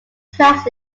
tracks